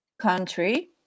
country